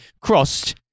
crossed